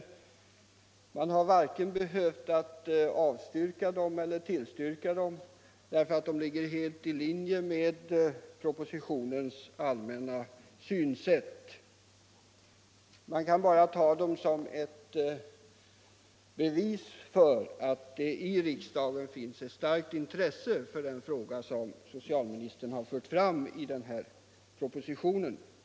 Utskottet har varken behövt avstyrka eller tillstyrka dem, eftersom de flesta ligger helt i linje med propositionens allmänna synsätt. Motionerna kan tas som ett bevis för att det i riksdagen finns ett starkt intresse för den fråga som socialministern tagit upp i denna proposition.